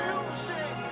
Music